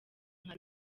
nka